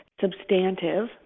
substantive